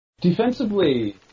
Defensively